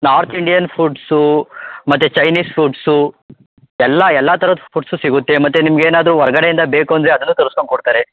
north Indian foods ಮತ್ತು Chinese foods ಎಲ್ಲ ಎಲ್ಲ ಥರದ ಫುಡ್ಸು ಸಿಗುತ್ತೆ ಮತ್ತು ನಿಮ್ಗೆ ಏನಾದರೂ ಹೊರ್ಗಡೆಯಿಂದ ಬೇಕು ಅಂದರೆ ಅದನ್ನೂ ತರುಸ್ಕೊಂಡ್ ಕೊಡ್ತಾರೆ